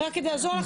רק כדי לעזור לך.